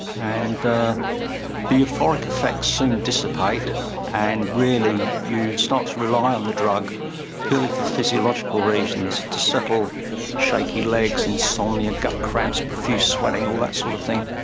and the the euphoric effects soon dissipate and really you start to rely on the drug purely for physiological reasons, to settle shaky legs, insomnia, gut cramps, profuse sweating, all that sort of thing.